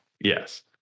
Yes